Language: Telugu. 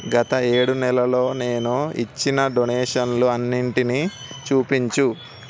గత ఏడు నెలలో నేను ఇచ్చిన డొనేషన్లు అన్నింటిని చూపించు